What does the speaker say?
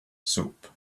soup